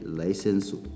license